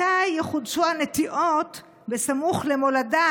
מתי יחודשו הנטיעות בסמוך למולדה,